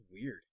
weird